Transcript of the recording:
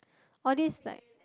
all these like